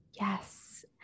Yes